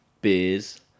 beers